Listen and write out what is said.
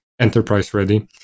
enterprise-ready